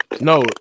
No